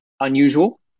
unusual